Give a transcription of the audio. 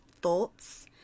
thoughts